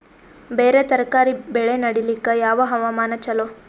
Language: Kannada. ಬೇರ ತರಕಾರಿ ಬೆಳೆ ನಡಿಲಿಕ ಯಾವ ಹವಾಮಾನ ಚಲೋ?